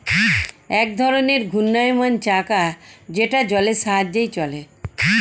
এক ধরনের ঘূর্ণায়মান চাকা যেটা জলের সাহায্যে চলে